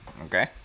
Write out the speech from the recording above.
okay